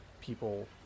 people